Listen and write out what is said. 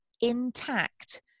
intact